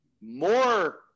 more